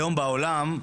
היום בעולם,